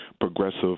progressive